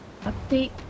update